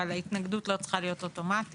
אבל ההתנגדות לא צריכה להיות אוטומט.